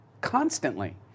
constantly